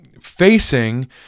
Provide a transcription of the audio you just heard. facing